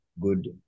good